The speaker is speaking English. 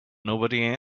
nobody